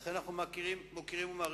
לכן אנחנו מוקירים ומעריכים.